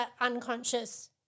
unconscious